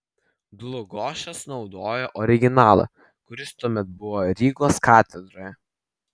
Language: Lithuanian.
dlugošas naudojo originalą kuris tuomet buvo rygos katedroje